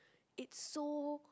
it's so